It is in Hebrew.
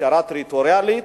פשרה טריטוריאלית,